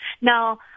Now